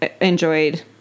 enjoyed